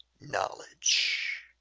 knowledge